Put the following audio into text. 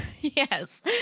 Yes